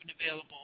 available